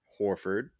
Horford